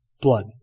Blood